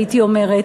הייתי אומרת?